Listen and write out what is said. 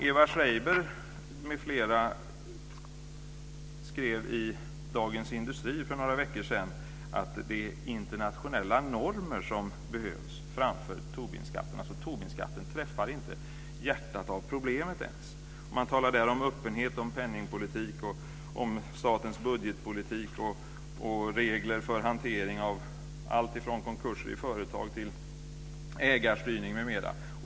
Eva Srejber m.fl. skrev i Dagens Industri för några veckor sedan om de internationella normer som behövs framför Tobinskatten. Tobinskatten träffar inte ens hjärtat av problemet. Man talar om öppenhet, om penningpolitik, om statens budgetpolitik och om regler för hantering av allt ifrån konkurser i företag till ägarstyrning m.m.